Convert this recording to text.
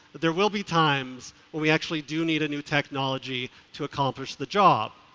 there will be times when we actually do need a new technology to accomplish the job,